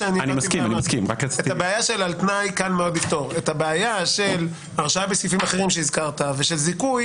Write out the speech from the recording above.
את הבעיה של הרשעה בסעיפים אחרים שהזכרת ושל זיכוי,